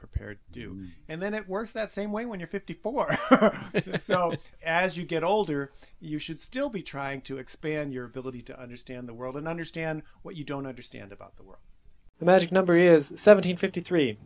prepared to do and then it works that same way when you're fifty four so as you get older you should still be trying to expand your ability to understand the world and understand what you don't understand about the world the magic number is seven hundred fifty three